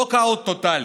נוק-אאוט טוטלי,